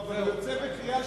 אבל הוא יוצא בקריאה שלישית,